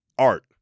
Art